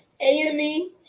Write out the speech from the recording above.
AME